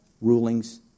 rulings